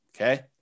Okay